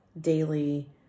daily